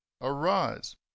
arise